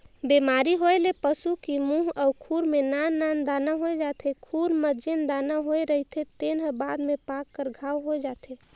बेमारी होए ले पसू की मूंह अउ खूर में नान नान दाना होय जाथे, खूर म जेन दाना होए रहिथे तेन हर बाद में पाक कर घांव हो जाथे